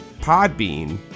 Podbean